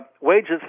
wages